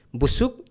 busuk